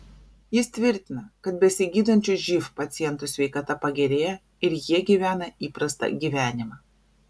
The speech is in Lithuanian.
jis tvirtina kad besigydančių živ pacientų sveikata pagerėja ir jie gyvena įprastą gyvenimą